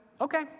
okay